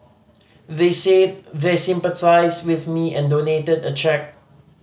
they said they sympathised with me and donated a cheque